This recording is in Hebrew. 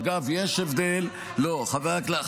אגב, יש הבדל --- אה, כולם, כולם.